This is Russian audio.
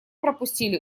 пропустили